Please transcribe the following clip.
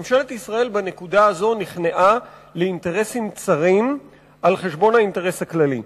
ממשלת ישראל בנקודה הזו נכנעה לאינטרסים צרים על חשבון האינטרס הכללי.